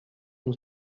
nous